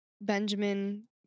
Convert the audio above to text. Benjamin